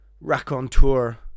raconteur